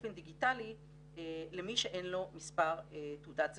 באופן דיגיטלי למי שאין לו מספר תעודת זהות,